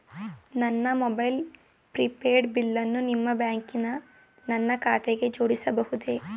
ನನ್ನ mobile prepaid ಬಿಲ್ಲನ್ನು ನಿಮ್ಮ ಬ್ಯಾಂಕಿನ ನನ್ನ ಖಾತೆಗೆ ಜೋಡಿಸಬಹುದೇ?